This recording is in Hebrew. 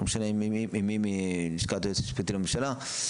לא משנה עם מי מלשכת היועץ המשפטי לממשלה,